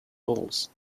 holes